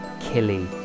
Killy